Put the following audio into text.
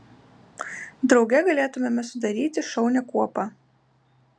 drauge galėtumėme sudaryti šaunią kuopą